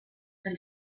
and